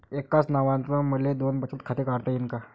एकाच नावानं मले दोन बचत खातं काढता येईन का?